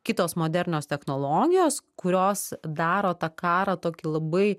kitos modernios technologijos kurios daro tą karą tokį labai